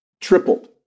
tripled